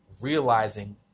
realizing